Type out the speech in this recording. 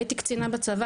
הייתי קצינה בצבא,